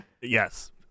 Yes